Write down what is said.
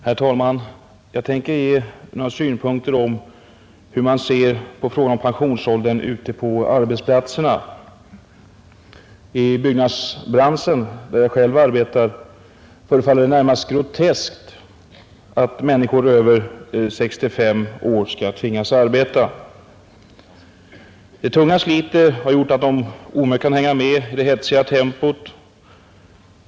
Herr talman! Jag tänker ge några synpunkter på hur man ser på frågan om pensionsåldern ute på arbetsplatserna. I byggnadsbranschen, där jag själv arbetar, förefaller det närmast groteskt att människor över 65 år skall arbeta. Det tunga slitet har gjort att de omöjligt kan hänga med i det hetsiga tempot.